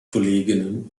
kolleginnen